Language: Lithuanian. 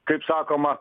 kaip sakoma